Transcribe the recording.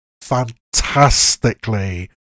fantastically